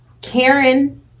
karen